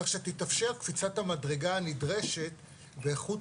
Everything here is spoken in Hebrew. כך שתתאפשר קפיצת המדרגה הנדרשת באיכות